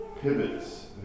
pivots